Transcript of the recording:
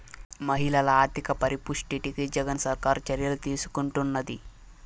మహిళల ఆర్థిక పరిపుష్టికి జగన్ సర్కారు చర్యలు తీసుకుంటున్నది